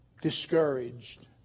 discouraged